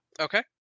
Okay